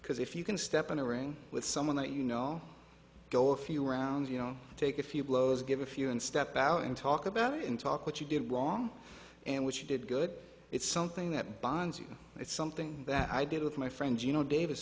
because if you can step in a ring with someone that you know go a few rounds you know take a few blows get a few and step out and talk about it in talk what you did wrong and what you did good it's something that binds you it's something that i did with my friends you know davis